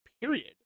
period